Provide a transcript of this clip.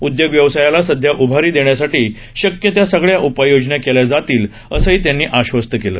उद्योग व्यवसायाला सध्या उभारी देण्यासाठी शक्य त्या सगळ्या उपाययोजना केल्या जातील असं त्यांनी आश्वस्त केलं